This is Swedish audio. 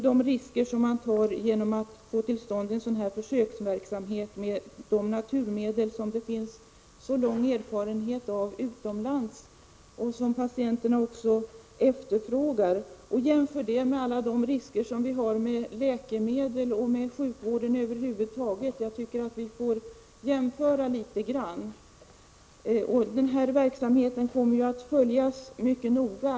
De risker som man tar genom en försöksverksamhet med de naturmedel som det finns lång erfarenhet av utomlands och som patienterna också efterfrågar tycker jag skall jämföras med alla de risker som finns med läkemedel och med sjukvården över huvud taget. Den här verksamheten kommer att följas mycket noga.